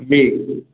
जी